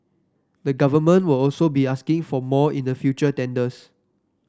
the Government will also be asking for more in the future tenders